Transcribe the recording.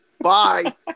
bye